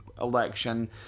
election